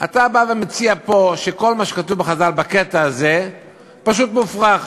אתה בא ומציע פה שכל מה שכתוב בחז"ל בקטע הזה פשוט מופרך.